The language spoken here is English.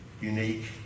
Unique